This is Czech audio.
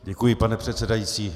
Děkuji, pane předsedající.